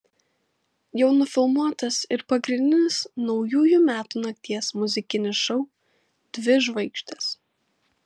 jau nufilmuotas ir pagrindinis naujųjų metų nakties muzikinis šou dvi žvaigždės